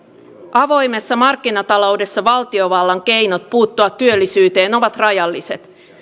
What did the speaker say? avoimessa markkinataloudessa valtiovallan keinot puuttua työllisyyteen ovat rajalliset